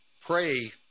pray